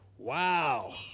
wow